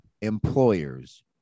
employers